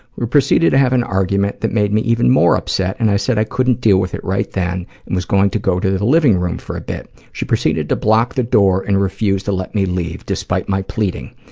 we proceeded to have an argument that made me even more upset, and i said i couldn't deal with it right then and was going to go to the living room for a bit. she proceeded to block the door and refused to let me leave, despite my pleading.